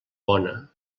bona